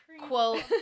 quote